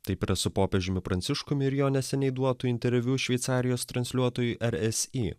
taip yra su popiežiumi pranciškumi ir jo neseniai duotu interviu šveicarijos transliuotojui er es i